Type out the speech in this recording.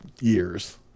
years